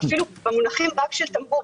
אפילו במונחים רק של טמבור,